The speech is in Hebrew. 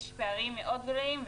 יש פערים מאוד גדולים,